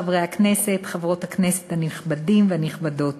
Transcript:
חברי הכנסת וחברות הכנסת הנכבדים והנכבדות,